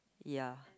ya